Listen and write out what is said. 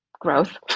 growth